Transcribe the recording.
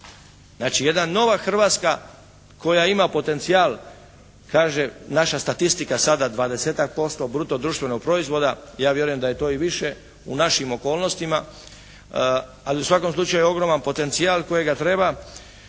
Znači, jedna nova Hrvatska koja ima potencijal kaže naša statistika sada dvadesetak posto bruto društvenog proizvoda. Ja vjerujem da je to i više u našim okolnostima, ali u svakom slučaju ogroman potencijal kojega treba